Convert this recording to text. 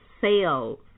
sales